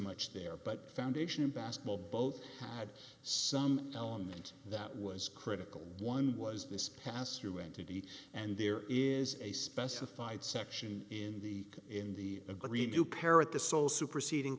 much there but foundation in basketball both had some element that was critical one was this pass through entity and there is a specified section in the in the agreed to parrot the so superseding